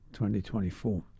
2024